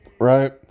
right